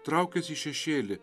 traukias į šešėlį